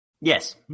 Yes